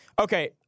okay